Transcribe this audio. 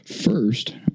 First